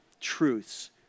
truths